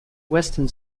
western